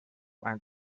mein